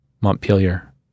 Montpelier